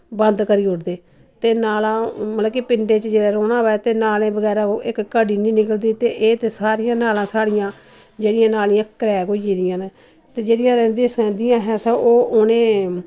बंद करी ओड़दे ते पिण्डे च ते नाले बगैरा इक देहाड़ी निं निकलदी लेकिन एह् ते साढ़ा सारिआं नालिआं क्रैक होई दिआं ते जेह्ड़िआ रैंदिआ सैह्दिंया ऐ न ओह्